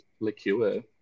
liqueur